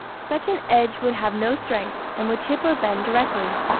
such an edge would have no strength, and would chip or bend directly.